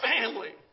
family